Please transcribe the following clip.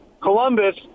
Columbus